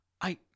I-